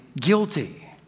guilty